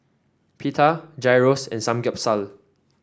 Pita Gyros and Samgyeopsal